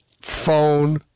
phone